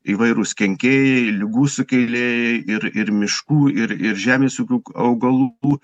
įvairūs kenkėjai ligų sukėlėjai ir ir miškų ir ir žemės ūkių augalų